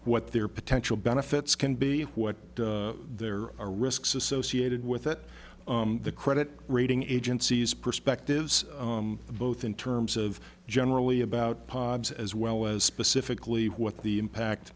what their potential benefits can be what there are risks associated with it the credit rating agencies perspectives both in terms of generally about as well as specifically what the impact